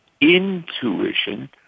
intuition